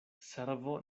servo